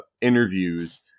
interviews